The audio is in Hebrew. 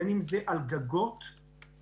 בין אם זה על גגות קטנים,